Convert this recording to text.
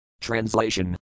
Translation